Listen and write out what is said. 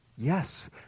Yes